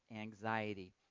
anxiety